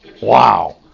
Wow